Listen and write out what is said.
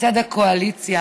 מצד הקואליציה,